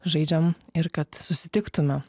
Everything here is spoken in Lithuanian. žaidžiam ir kad susitiktume